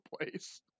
place